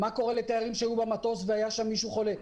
מה קורה לתיירים שהיו במטוס והיה שם מישהו חולה.